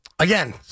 Again